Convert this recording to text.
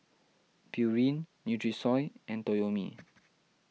Pureen Nutrisoy and Toyomi